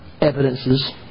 evidences